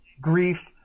grief